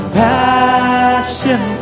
passion